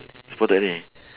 spotted already